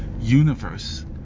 universe